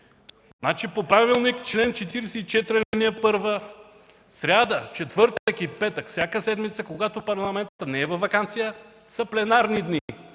Значи по правилник чл. 44, ал. 1 – сряда, четвъртък и петък, всяка седмица, когато Парламентът не е във ваканция, са пленарни дни.